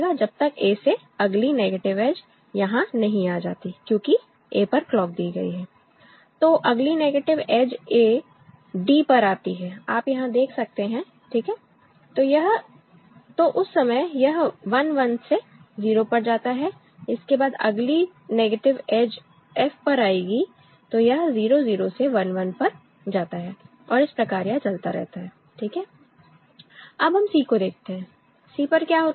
जब तक A से अगली नेगेटिव एज यहां नहीं आ जाती क्योंकि A पर क्लॉक दी गई है तो अगली नेगेटिव एज A d पर आती है आप यहां देख सकते हैं ठीक है तो उस समय यह 11 से 0 पर जाता है इसके बाद अगली नेगेटिव एज f पर आएगी तो यह 0 0 से 1 1 पर जाता है और इस प्रकार यह चलता रहता है ठीक है अब हम C को देखते हैं C पर क्या होता है